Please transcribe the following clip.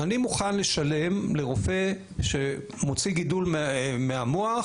אני מוכן לשלם לרופא שמוציא גידול מהמוח